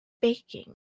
baking